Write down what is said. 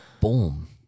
boom